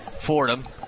Fordham